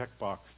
checkbox